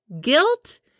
Guilt